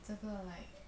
这个 like